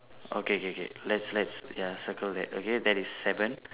okay K K let's let's ya circle that okay that is seven